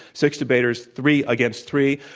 six debaters, three against three,